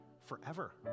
forever